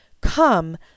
Come